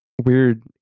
Weird